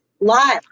live